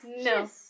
no